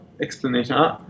explanation